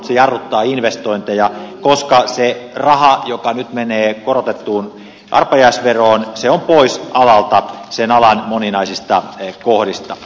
se jarruttaa investointeja koska se raha joka nyt menee korotettuun arpajaisveroon on pois alalta sen alan moninaisista kohdista